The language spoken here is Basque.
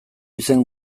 izen